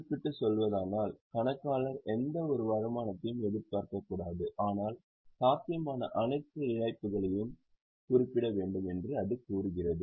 குறிப்பிட்டு சொல்வதானால் கணக்காளர் எந்தவொரு வருமானத்தையும் எதிர்பார்க்கக்கூடாது ஆனால் சாத்தியமான அனைத்து இழப்புகளையும் குறிப்பிட வேண்டும் என்று அது கூறுகிறது